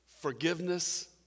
Forgiveness